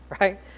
right